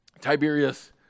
Tiberius